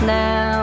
now